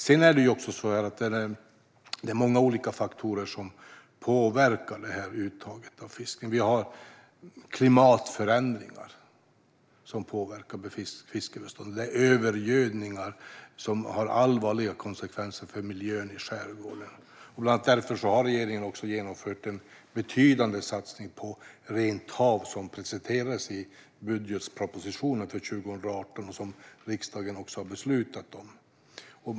Sedan är det många olika faktorer som påverkar uttaget av fisk. Vi har klimatförändringar som påverkar fiskbeståndet. Övergödning får allvarliga konsekvenser för miljön i skärgården. Bland annat därför har regeringen genomfört en betydande satsning på rent hav, som presenterades i budgetpropositionen för 2018 och som riksdagen också har beslutat om.